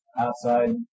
outside